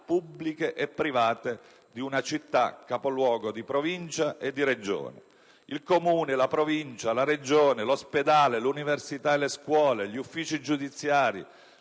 pubbliche e private, di una città capoluogo di provincia e di regione. Il Comune, la Provincia, la Regione, l'ospedale, l'università e le scuole, gli uffici giudiziari,